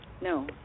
No